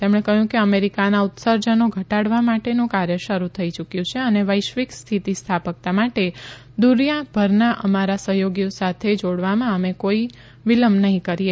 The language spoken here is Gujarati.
તેમણે કહ્યું કે અમેરીકાના ઉત્સર્જનો ઘટાડવા માટેનું કાર્ય શરૂ થઇ યુકયું છે અને વૈશ્વિક સ્થિતિ સ્થાપકતા માટે દુનિયાભરના અમારા સહયોગીઓ સાથે જોડાવામાં અમે કોઇ વિલંબ નહી કરીએ